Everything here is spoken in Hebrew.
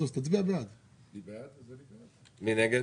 מי נגד?